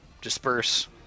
Disperse